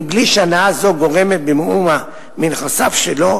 מבלי שהנאה זו גורעת במאומה מנכסיו שלו,